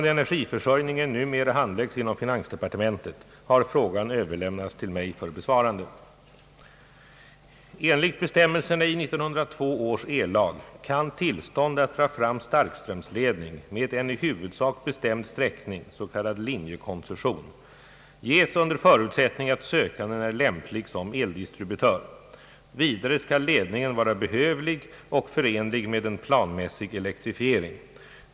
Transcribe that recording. Enligt bestämmelserna i 1902 års ellag kan tillstånd att dra fram starkströmsledning med en i huvudsak bestämd sträckning — s.k. linjekoncession — ges under förutsättning att sökanden är lämplig som eldistributör. Vidare skall ledningen vara behövlig och förenlig med en planmässig elektrifiering.